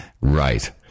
Right